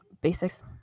basics